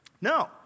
No